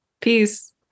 Peace